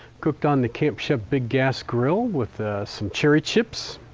cooked on the camp chef big gas grill with some cherry chips,